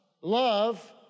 love